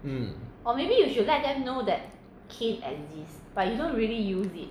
mm